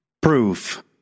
Proof